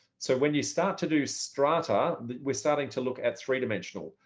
so when you start to do strata, that we're starting to look at three dimensional.